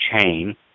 chain